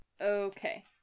Okay